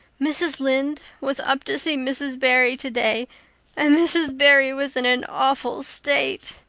mrs. lynde was up to see mrs. barry today and mrs. barry was in an awful state,